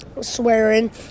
swearing